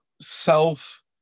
self